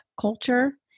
culture